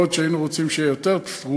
שהיינו רוצים שיהיו להם יותר תקציבים.